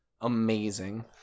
Amazing